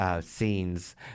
scenes